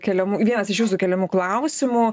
keliamų vienas iš jūsų keliamų klausimų